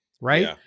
right